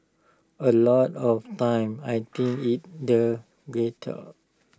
A lot of time I think it's the gutter